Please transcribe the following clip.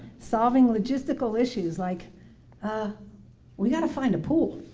solving logistical issues like ah we got to find a pool,